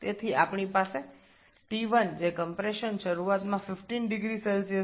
সুতরাং আমাদের কাছে T1 আছে যা সংকোচনের শুরুতে ৫৭ 0C এর সমান হয়